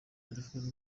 telefoni